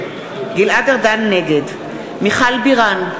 נגד מיכל בירן,